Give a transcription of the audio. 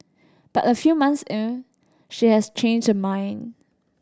but a few months in she has changed her mind